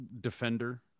defender